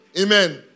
Amen